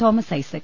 Thomas Isaac